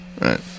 Right